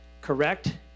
Correct